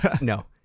no